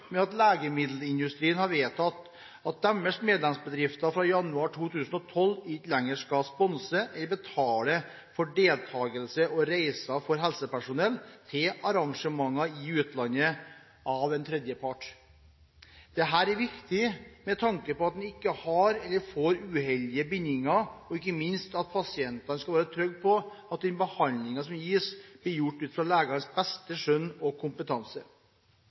med at legemiddelindustrien har vedtatt at deres medlemsbedrifter fra januar 2012 ikke lenger skal sponse eller betale for deltakelse og reiser for helsepersonell til arrangement i utlandet av en tredjepart. Dette er viktig med tanke på at en ikke har eller får uheldige bindinger, og ikke minst med tanke på at pasientene skal være trygge på at den behandlingen som gis, blir gitt ut fra legenes beste skjønn og kompetanse.